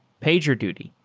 pagerduty,